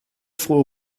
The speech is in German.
frohe